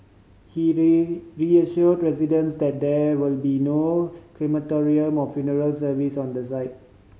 he reassured residents that there will be no crematorium more funeral services on the site